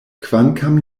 kvankam